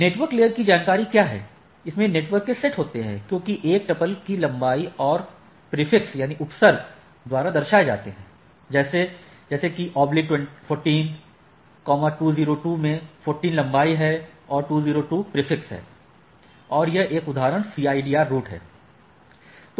network layer की जानकारी क्या है इसमें नेटवर्क के सेट होते हैं जोकि एक टपल की लंबाई और उपसर्ग द्वारा दर्शाए जाते हैं जैसा कि 14 202 में 14 लम्बाई है और 202 उपसर्ग है और यह उदाहरण CIDR रूट है